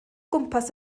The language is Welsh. gwmpas